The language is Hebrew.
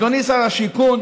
אדוני שר השיכון,